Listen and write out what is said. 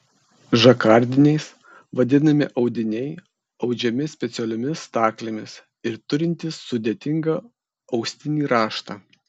žakardiniais vadinami audiniai audžiami specialiomis staklėmis ir turintys sudėtingą austinį raštą